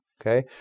Okay